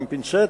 עם פינצטה,